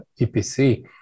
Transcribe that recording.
EPC